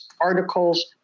articles